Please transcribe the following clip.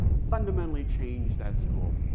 fundamentally changed that school.